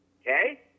Okay